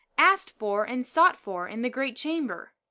asked for and sought for in the great chamber.